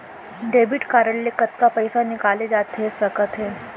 Debit card ले कतका पइसा निकाले जाथे सकत हे?